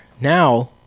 Now